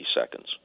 seconds